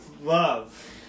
love